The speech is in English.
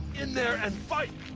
in there and fight!